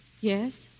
Yes